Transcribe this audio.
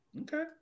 Okay